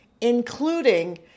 including